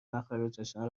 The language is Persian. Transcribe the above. مخارجشان